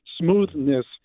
smoothness